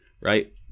right